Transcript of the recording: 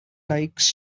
likes